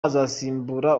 azasimbura